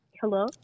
hello